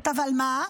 אבל מה?